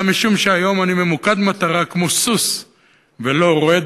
אלא משום שהיום אני ממוקד מטרה כמו סוס ולא רואה